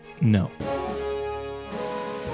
no